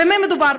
במה מדובר?